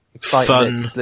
fun